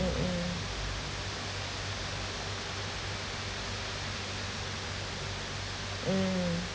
mm mm mm